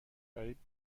غریب